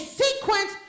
sequence